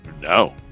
No